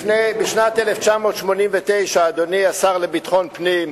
בשנת 1989, אדוני השר לביטחון פנים,